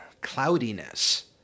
cloudiness